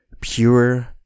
pure